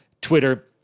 Twitter